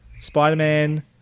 Spider-Man